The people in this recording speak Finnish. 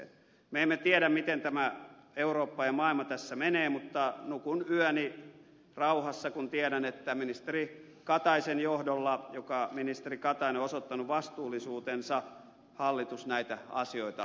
me emme tiedä miten tämä eurooppa ja maailma tässä menee mutta nukun yöni rauhassa kun tiedän että ministeri kataisen johdolla joka ministeri katainen on osoittanut vastuullisuutensa hallitus näitä asioita miettii ja ratkaisee